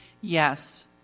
Yes